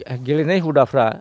गेलेनाय हुदाफ्रा